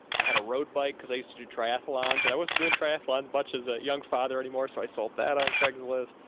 i had a road bike cause i used to do triathlons and i wasn't doing triathlons much as a young father anymore. so i sold that on craigslist.